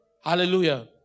Hallelujah